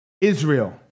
Israel